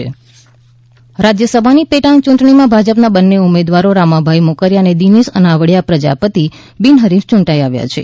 ભાજપ રાજ્યસભા બિનહરીક રાજ્યસભાની પેટા ચૂંટણીમાં ભાજપના બંને ઉમેદવારો રામભાઇ મોકરીયા અને દિનેશ અનાવડીયા પ્રજાપતિ બિનહરીફ યૂંટાઈ આવ્યા છે